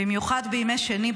במיוחד בימי שני,